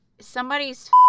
somebody's